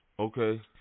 Okay